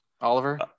Oliver